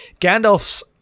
gandalf's